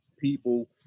People